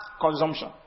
consumption